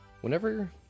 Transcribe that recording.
Whenever